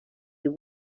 you